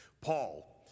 Paul